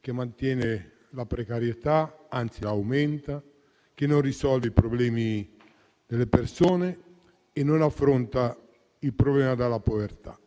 che mantiene la precarietà ed, anzi, l'aumenta; non risolve i problemi delle persone e non affronta il problema della povertà.